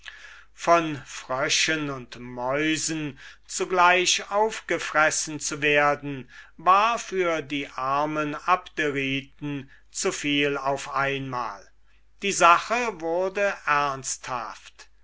von fröschen und mäusen zugleich aufgegessen zu werden war für die armen abderiten zuviel auf einmal die sache wurde ernsthaft